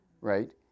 right